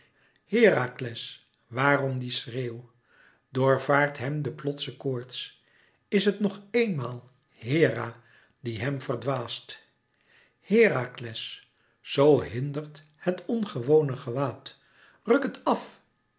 herakles waarom die schreeuw doorvaart hem de plotse koorts is het nog eénmaal hera die hem verdwaast herakles zoo hindert het ongewone gewaad ruk het af